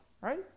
right